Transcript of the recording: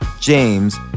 James